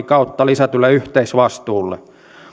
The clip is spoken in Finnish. kautta lisätylle yhteisvastuulle